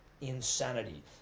insanity